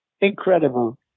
Incredible